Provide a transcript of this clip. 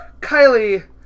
Kylie